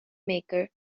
maker